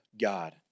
God